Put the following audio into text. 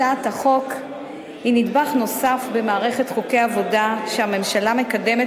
הצעת החוק היא נדבך נוסף במערכת חוקי עבודה שהממשלה מקדמת